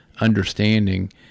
understanding